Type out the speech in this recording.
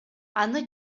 аны